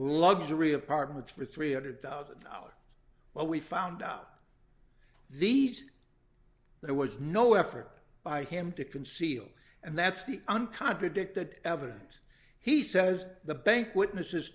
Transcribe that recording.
luxury apartments for three hundred thousand dollars well we found out these there was no effort by him to conceal and that's the one contradicted evidence he says the bank witnesses